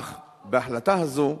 אך בהחלטה הזו,